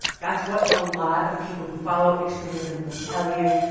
that's what a lot of people who follow extremism will tell you,